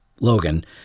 Logan